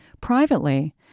Privately